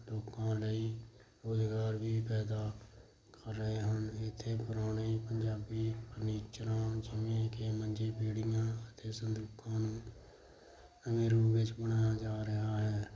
ਲੋਕਾਂ ਲਈ ਰੁਜ਼ਗਾਰ ਵੀ ਪੈਦਾ ਕਰ ਰਹੇ ਹਨ ਇੱਥੇ ਪੁਰਾਣੇ ਪੰਜਾਬੀ ਫਰਨੀਚਰਾਂ ਜਿਵੇਂ ਕਿ ਮੰਜੇ ਪੀੜ੍ਹੀਆਂ ਅਤੇ ਸੰਦੂਕਾਂ ਰੂਪ ਵਿੱਚ ਬਣਾਇਆ ਜਾ ਰਿਹਾ ਹੈ